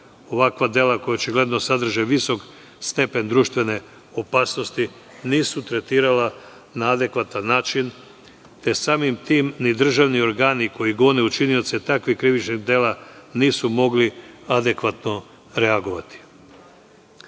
ovakva dela koja očigledno sadrže visok stepen društvene opasnosti, nisu tretirala na adekvatannačin, te samim tim ni državni organi koji gone učinioce takvih krivičnih dela nisu mogli adekvatno reagovati. Izmenama